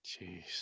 Jeez